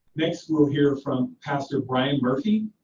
next we'll hear from pastor brian murphy,